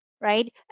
right